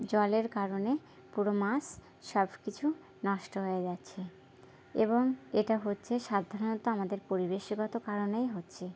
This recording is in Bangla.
জলের কারণে পুরো মাছ সব কিছু নষ্ট হয়ে যাচ্ছে এবং এটা হচ্ছে সাধারণত আমাদের পরিবেশগত কারণেই হচ্ছে